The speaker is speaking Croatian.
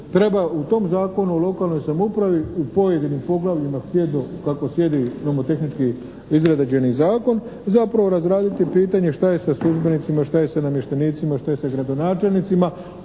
treba u tom Zakonu o lokalnoj samoupravi u pojedinim poglavljima …/Govornik se ne razumije./… kako sljedi, imamo tehnički izrađeni zakon, zapravo razraditi pitanje šta je sa službenicima, šta je sa namještenicima, šta je sa gradonačelnicima,